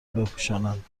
بپوشانند